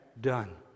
done